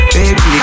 Baby